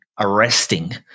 arresting